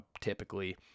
typically